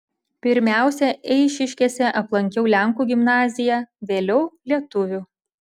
pirmiausia eišiškėse aplankiau lenkų gimnaziją vėliau lietuvių